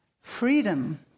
freedom